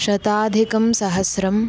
शताधिकसहस्रं